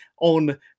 on